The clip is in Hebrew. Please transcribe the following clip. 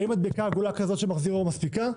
האם מדבקה עגולה כזאת של מחזיר אור מספיקה?